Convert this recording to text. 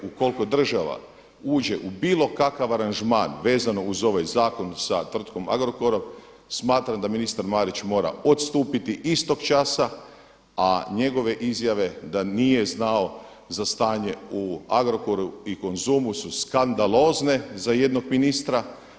Ukoliko država uđe u bilo kakav aranžman vezano uz ovaj zakon vezan uz tvrtkom Agrokorom smatram da ministar Marić mora odstupiti istog časa, a njegove izjave da nije znao za stanje u Agrokoru i Konzumu su skandalozne za jednog ministra.